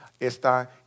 esta